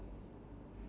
ya